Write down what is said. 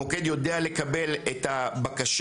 המוקד יודע לקבל את הבקשה,